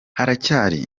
haracyari